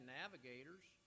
navigators